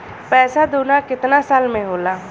पैसा दूना कितना साल मे होला?